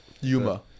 Yuma